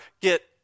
get